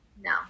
No